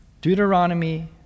Deuteronomy